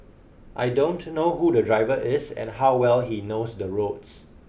I don't know who the driver is and how well he knows the roads